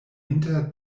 inter